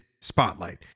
spotlight